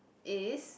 is